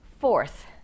Fourth